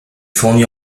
fournie